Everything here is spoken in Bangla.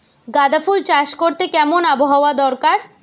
গাঁদাফুল চাষ করতে কেমন আবহাওয়া দরকার?